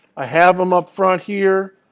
i have them up front here,